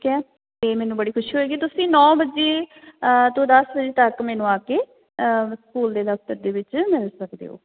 ਠੀਕ ਹੈ ਅਤੇ ਮੈਨੂੰ ਬੜੀ ਖੁਸ਼ੀ ਹੋਏਗੀ ਤੁਸੀਂ ਨੌਂ ਵਜੇ ਤੋਂ ਦਸ ਵਜੇ ਤੱਕ ਮੈਨੂੰ ਆ ਕੇ ਸਕੂਲ ਦੇ ਦਫਤਰ ਦੇ ਵਿੱਚ ਮਿਲ ਸਕਦੇ ਹੋ